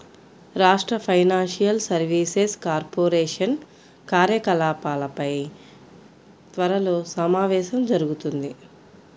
రాష్ట్ర financial services corporation కార్యకలాపాలపై త్వరలో సమావేశం జరుగుతుంది